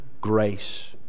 grace